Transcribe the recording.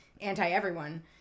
anti-everyone